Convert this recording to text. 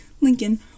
Lincoln